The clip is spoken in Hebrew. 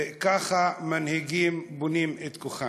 וככה מנהיגים בונים את כוחם.